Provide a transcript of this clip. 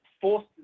forced